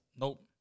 Nope